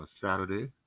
Saturday